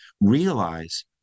realize